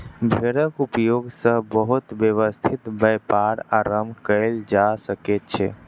भेड़क उपयोग सॅ बहुत व्यवस्थित व्यापार आरम्भ कयल जा सकै छै